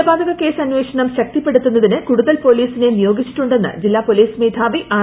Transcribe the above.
കൊലപാതക കേസ് അന്വേഷണം ശക്തിപ്പെടുത്തുന്നതിന് കൂടുതൽ പൊലീസിനെ നിയോഗിച്ചിട്ടുണ്ടെന്ന് ജില്ലാ പൊലീസ് മേധാവി ആർ